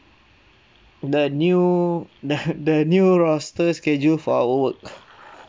the new the the new roster schedule for our work